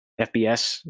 FBS